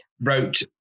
wrote